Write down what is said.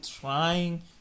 trying